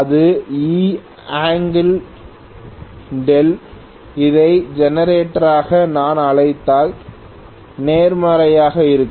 இது Eδ இதை ஜெனரேட்டராக நான் அழைத்தால் நேர்மறையாக இருக்கும்